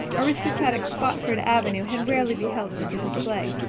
aristocratic spofford avenue had rarely beheld such a display.